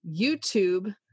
YouTube